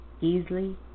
easily